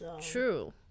true